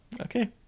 Okay